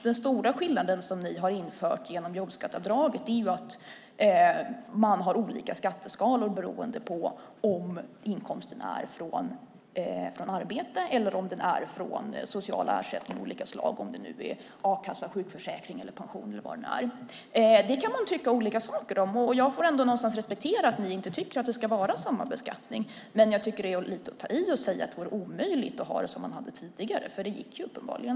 Den stora skillnaden, som alliansen genom jobbskatteavdraget gjort, är de olika skatteskalorna, beroende på om inkomsten är från arbete eller från sociala ersättningar av olika slag - a-kassa, sjukförsäkring, pension eller vad det kan vara. Det kan man tycka olika saker om, och jag får respektera att ni, Gunnar Andrén, inte tycker att det ska vara samma beskattning. Jag tycker dock att det är att ta i att säga att det vore omöjligt att ha det såsom tidigare, för det gick ju uppenbarligen.